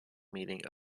meeting